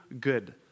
good